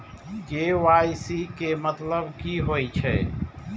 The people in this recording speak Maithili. के.वाई.सी के मतलब की होई छै?